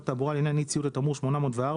התעבורה לעניין אי ציות לתמרור 804,